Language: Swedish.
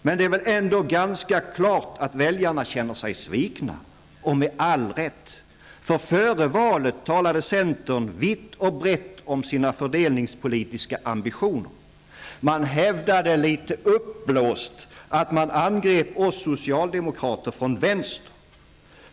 Men det är väl ändå ganska klart att väljarna känner sig svikna -- och med all rätt, för före valet talade centern vitt och brett om sina fördelningspolitiska ambitioner. Man hävdade litet uppblåst att man angrep oss socialdemokrater från vänster.